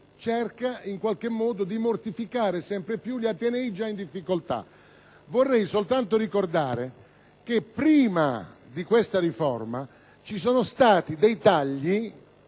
alla logica che cerca di mortificare sempre più gli atenei già in difficoltà. Vorrei soltanto ricordare che prima di questa riforma sono stati praticati